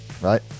Right